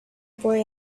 boy